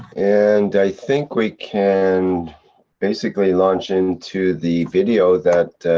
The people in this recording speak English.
and i think, we can basically launch in, to the video that.